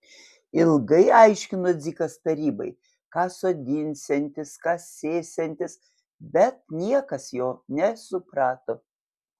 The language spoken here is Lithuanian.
ilgai aiškino dzikas tarybai ką sodinsiantis ką sėsiantis bet niekas jo nesuprato